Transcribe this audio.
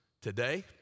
Today